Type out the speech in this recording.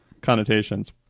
connotations